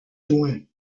joints